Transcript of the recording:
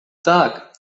tak